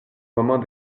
moment